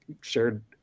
shared